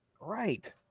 Right